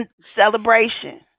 celebration